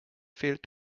fehlt